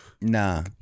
Nah